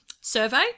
survey